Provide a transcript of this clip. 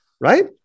Right